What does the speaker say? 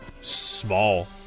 small